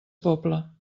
pobla